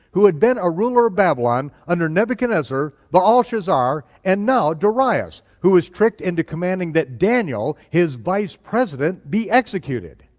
who had been a ruler of babylon under nebuchadnezzar, um belshazzar, and now darius who is tricked into commanding that daniel, his vice president, be executed.